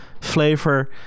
flavor